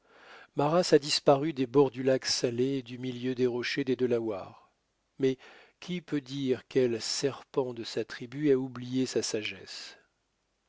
ma race a disparu des bords du lac salé et du milieu des rochers des delawares mais qui peut dire quel serpent de sa tribu a oublié sa sagesse